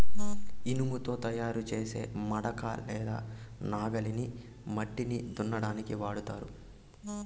ఇనుముతో తయారు చేసే మడక లేదా నాగలిని మట్టిని దున్నటానికి వాడతారు